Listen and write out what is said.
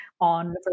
on